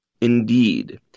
Indeed